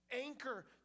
Anchor